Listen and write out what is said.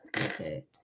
Okay